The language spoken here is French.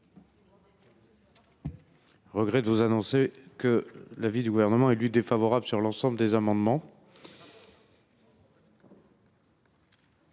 regret de vous annoncer que l’avis du Gouvernement est défavorable sur l’ensemble de ces amendements.